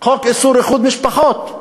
חוק איסור איחוד משפחות.